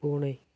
பூனை